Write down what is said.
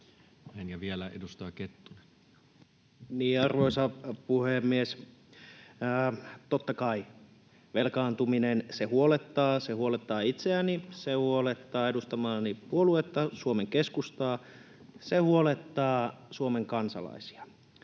Ja vielä edustaja Kettunen. Arvoisa puhemies! Totta kai velkaantuminen huolettaa. Se huolettaa itseäni, se huolettaa edustamaani puoluetta Suomen Keskustaa, se huolettaa Suomen kansalaisia,